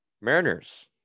Mariners